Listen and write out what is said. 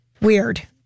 weird